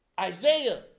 Isaiah